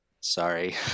Sorry